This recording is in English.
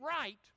right